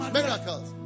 Miracles